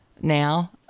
now